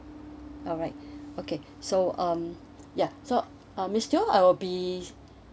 alright okay so um ya so uh miss teo I will be